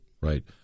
Right